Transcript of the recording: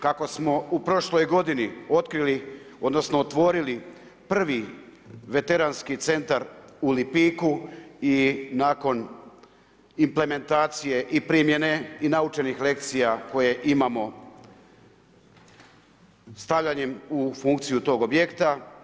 Kako smo u prošloj godini otkrili, odnosno otvorili prvi Veteranski centar u Lipiku i nakon implementacije i primjene i naučenih lekcija koje imamo stavljanjem u funkciju tog objekta.